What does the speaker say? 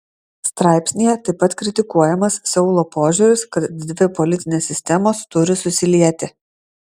straipsnyje taip pat kritikuojamas seulo požiūris kad dvi politinės sistemos turi susilieti